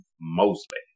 Mostly